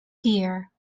dear